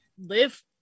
live